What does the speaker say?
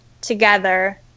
together